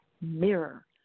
Mirror